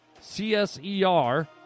C-S-E-R